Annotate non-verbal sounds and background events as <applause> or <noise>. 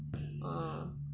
<noise>